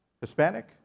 Hispanic